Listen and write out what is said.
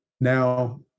Now